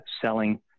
selling